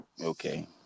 Okay